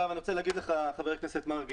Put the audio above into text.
אני רוצה להגיד לך ח"כ מרגי,